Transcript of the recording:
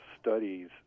studies